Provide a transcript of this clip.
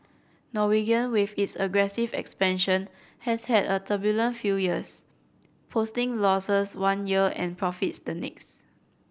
Norwegian with its aggressive expansion has had a turbulent few years posting losses one year and profits the next